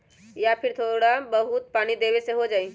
या फिर थोड़ा बहुत पानी देबे से हो जाइ?